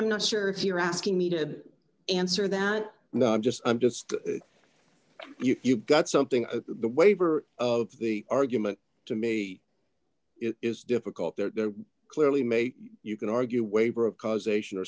i'm not sure if you're asking me to answer that now i'm just i'm just if you got something the waiver of the argument to me it is difficult there are clearly may you can argue waiver of causation or